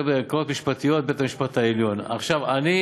אדוני,